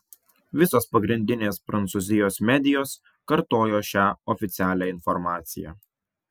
visos pagrindinės prancūzijos medijos kartojo šią oficialią informaciją